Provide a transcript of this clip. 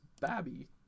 Babby